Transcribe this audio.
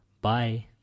Bye